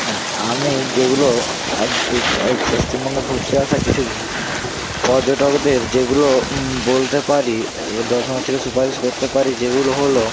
হ্যাঁ আমি যেগুলো এক দিন পশ্চিমবঙ্গের ঘুরতে আসা কিছু পর্যটকদের যেগুলো বলতে পারি এ দর্শনার্থীকে সুপারিশ করতে পারি যেগুলো হলো